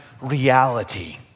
reality